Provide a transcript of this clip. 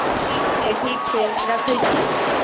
ठीक छै ठीक छै रखे छी